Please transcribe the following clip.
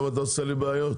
עוד פעם אתה עושה לי בעיות?